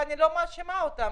ואני לא מאשימה אותם,